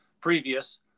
previous